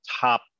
top